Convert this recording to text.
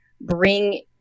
bring